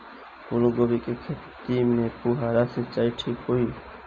फूल गोभी के खेती में फुहारा सिंचाई ठीक होई?